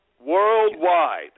worldwide